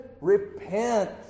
repent